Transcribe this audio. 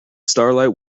starlight